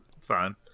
Fine